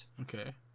Okay